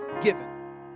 given